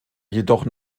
jedoch